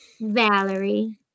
valerie